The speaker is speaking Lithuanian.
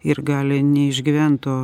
ir gali neišgyvent o